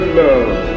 love